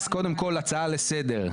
אז הצעה לסדר,